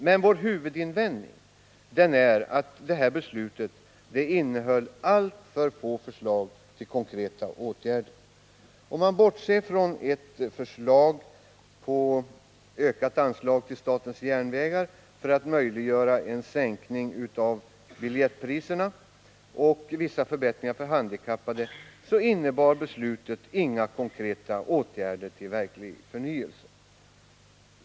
Men vår huvudinvändning är att beslutet innehöll alltför få förslag till konkreta åtgärder. Bortsett från ett förslag om ökat anslag till SJ för att möjliggöra en sänkning av biljettpriserna samt vissa förbättringar för handikappade innebar beslutet inga konkreta åtgärder för verklig förnyelse.